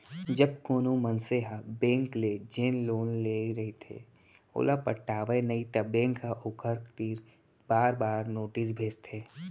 जब कोनो मनसे ह बेंक ले जेन लोन ले रहिथे ओला पटावय नइ त बेंक ह ओखर तीर बार बार नोटिस भेजथे